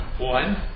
One